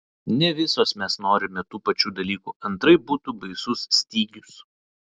ne visos mes norime tų pačių dalykų antraip būtų baisus stygius